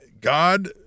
God